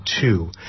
two